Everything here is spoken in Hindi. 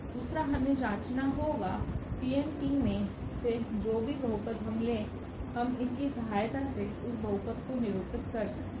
दूसरा हमें जांचना होगा में से जो भी बहुपद हम लें हम इनकी सहायता से उस बहुपद को निरुपित कर सकते हैं